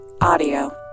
Audio